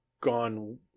gone